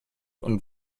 und